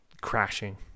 crashing